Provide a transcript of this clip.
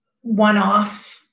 one-off